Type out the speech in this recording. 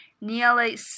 Nearly